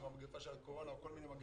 ועם המגיפה של הקורונה וכל מיני מגיפות,